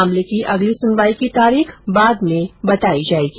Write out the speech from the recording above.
मामले की अगली सुनवाई की तारीख बाद में बतायी जायेगी